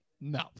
No